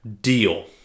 Deal